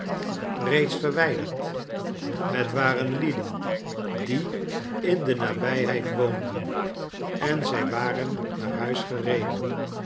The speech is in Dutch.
reeds verwijderd het waren lieden die in de nabijheid woonden en zij waren naar huis gereden